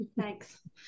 Thanks